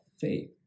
faith